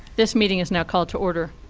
this meeting is now called to order.